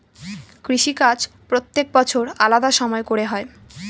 কৃষিকাজ প্রত্যেক বছর আলাদা সময় করে হয়